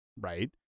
right